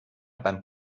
beim